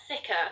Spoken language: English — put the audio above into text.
thicker